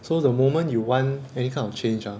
so the moment you want any kind of change ah